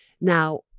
Now